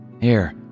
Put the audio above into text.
Here